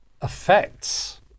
affects